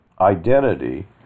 identity